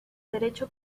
derecho